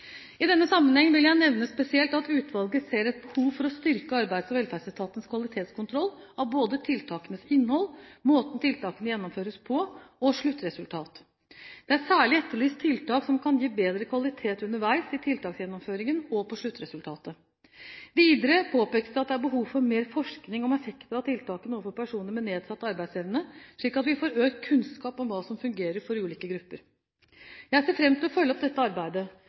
I denne sammenheng vil jeg nevne spesielt at utvalget ser et behov for å styrke Arbeids- og velferdsetatens kvalitetskontroll av både tiltakenes innhold, måten tiltakene gjennomføres på, og sluttresultat. Det er særlig etterlyst tiltak som kan gi bedre kvalitet underveis i tiltaksgjennomføringen og på sluttresultatet. Videre påpekes det at det er behov for mer forskning om effekter av tiltakene overfor personer med nedsatt arbeidsevne, slik at vi får økt kunnskap om hva som fungerer for ulike grupper. Jeg ser fram til å følge opp dette arbeidet.